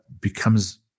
becomes